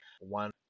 one